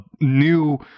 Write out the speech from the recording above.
new